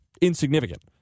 insignificant